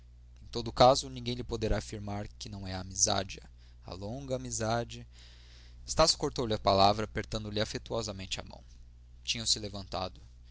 em todo o caso ninguém lhe poderá afirmar que não é a amizade a longa amizade estácio cortou-lhe a palavra apertando-lhe afetuosamente a mão tinham-se levantado